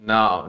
Now